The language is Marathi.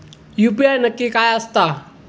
यू.पी.आय नक्की काय आसता?